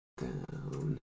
down